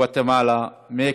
גוואטמלה, מקסיקו,